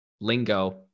Lingo